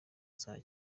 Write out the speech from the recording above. saa